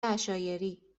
عشایری